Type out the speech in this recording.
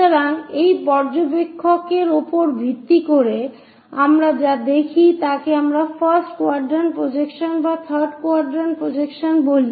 সুতরাং এই পর্যবেক্ষকের উপর ভিত্তি করে আমরা যা দেখি তাকে আমরা ফার্স্ট কোয়াড্রান্ট প্রজেকশন বা থার্ড কোয়াড্রান্ট প্রজেকশন বলি